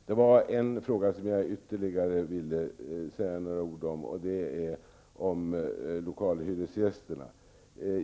Herr talman! Jag skulle vilja säga ytterligare några ord om lokalhyresgästerna.